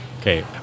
Okay